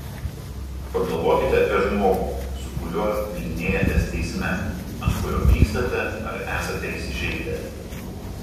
pagalvokite apie žmogų su kuriuo bylinėjatės teisme ant kurio pykstate ar esate įsižeidę